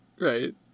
right